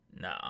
No